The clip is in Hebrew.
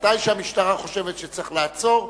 מתי שהמשטרה חושבת שצריך לעצור,